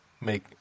make